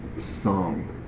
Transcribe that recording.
song